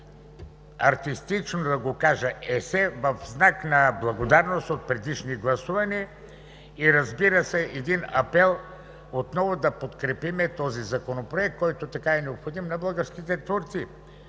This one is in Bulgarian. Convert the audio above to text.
артистично да го кажа, есе в знак на благодарност от предишни гласувания и, разбира се, един апел отново да подкрепим този законопроект, който така е необходим на българските творци.